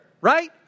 right